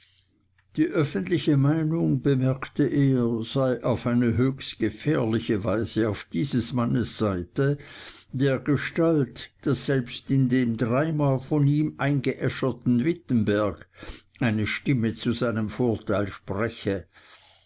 die öffentliche meinung bemerkte er sei auf eine höchst gefährliche weise auf dieses mannes seite dergestalt daß selbst in dem dreimal von ihm eingeäscherten wittenberg eine stimme zu seinem vorteil spreche